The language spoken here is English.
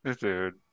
Dude